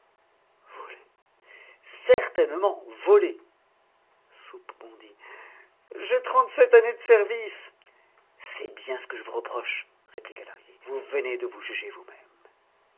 volé certainement volé soupe bondit j'ai trente-sept années de service c'est bien ce que je vous reproche répliqua lahrier vous venez de vous juger vous-même